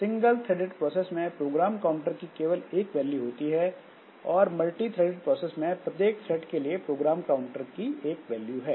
single threaded process में program counter की केवल एक वैल्यू होती है और मल्टीथ्रेडेड प्रोसेस में प्रत्येक थ्रेड के लिए प्रोग्राम काउंटर की एक वैल्यू है